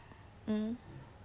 hmm